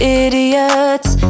idiots